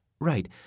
Right